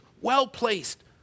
well-placed